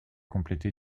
complétée